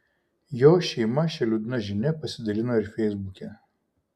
jo šeima šia liūdna žinia pasidalino ir feisbuke